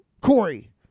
Corey